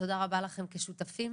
תודה רבה לכם כשותפים.